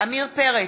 עמיר פרץ,